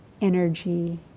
energy